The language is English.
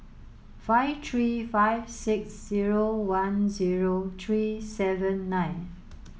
five three five six zero one zero three seven nine